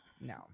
no